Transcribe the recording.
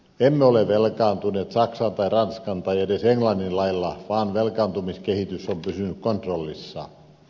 emme ole velkaantuneet saksan tai ranskan tai edes englannin lailla vaan velkaantumiskehitys on pysynyt kontrollissa